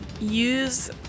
use